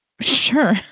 Sure